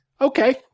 okay